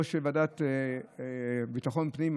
יושבת-ראש ועדת ביטחון הפנים,